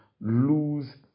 lose